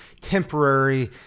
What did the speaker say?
temporary